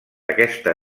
aquesta